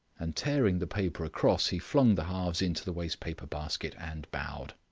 and, tearing the paper across, he flung the halves into the waste-paper basket and bowed.